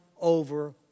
over